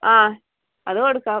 ആ അത് കൊടുക്കാം